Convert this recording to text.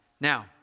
Now